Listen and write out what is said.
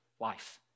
life